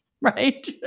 right